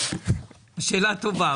שאלה טובה.